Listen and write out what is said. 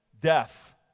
death